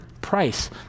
price